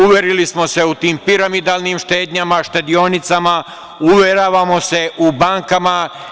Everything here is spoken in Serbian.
Uverili smo se u tim piramidalnim štednjama, štedionicama, uveravamo se u bankama.